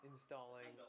installing